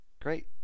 Great